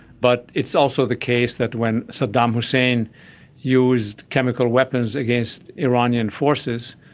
but it's also the case that when saddam hussein used chemical weapons against iranian forces,